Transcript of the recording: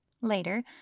Later